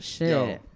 Yo